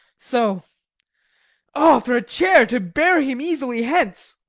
so o, for a chair, to bear him easily hence!